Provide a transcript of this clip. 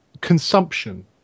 consumption